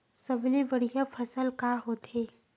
सबले बढ़िया फसल का होथे?